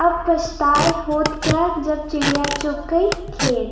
अब पछताए होत क्या जब चिड़िया चुग गई खेत